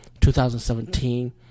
2017